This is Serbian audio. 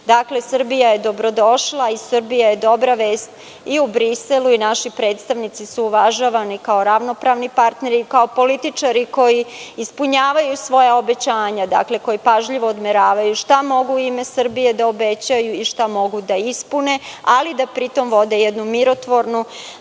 Srbija je dobro došla i Srbija je dobra vest i u Briselu i naši predstavnici su uvažavani kao ravnopravni partneri i političari koji ispunjavaju svoja obećanja, koji pažljivo odmeravaju šta mogu u ime Srbije da obećaju i šta mogu da ispune, ali da pritom vode jednu mirotvornu